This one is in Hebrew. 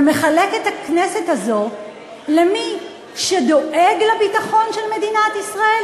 ומחלק את הכנסת הזו למי שדואג לביטחון של מדינת ישראל,